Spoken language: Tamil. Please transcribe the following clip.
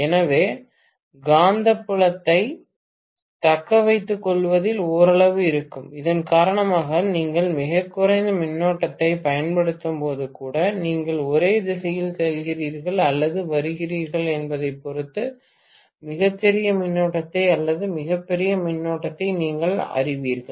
எனவே காந்தப்புலத்தை தக்கவைத்துக்கொள்வதில் ஓரளவு இருக்கும் இதன் காரணமாக நீங்கள் மிகக் குறைந்த மின்னோட்டத்தைப் பயன்படுத்தும்போது கூட நீங்கள் ஒரே திசையில் செல்கிறீர்கள் அல்லது வருகிறீர்கள் என்பதைப் பொறுத்து மிகச் சிறிய மின்னோட்டத்தை அல்லது மிகப் பெரிய மின்னோட்டத்தை நீங்கள் அறிவீர்கள்